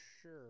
sure